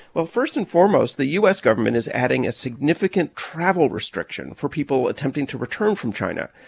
well, first and foremost, the u s. government is adding a significant travel restriction for people attempting to return from china.